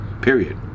Period